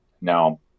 Now